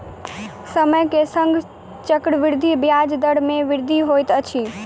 समय के संग चक्रवृद्धि ब्याज दर मे वृद्धि होइत अछि